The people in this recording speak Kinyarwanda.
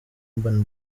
urban